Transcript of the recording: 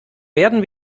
werden